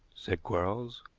said quarles.